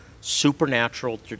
supernatural